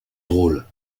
drôles